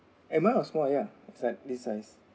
am I a small ya as at this size